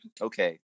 okay